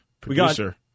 Producer